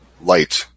light